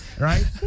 Right